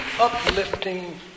uplifting